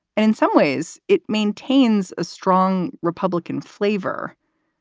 and in some ways, it maintains a strong republican flavor.